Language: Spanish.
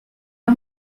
los